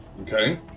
Okay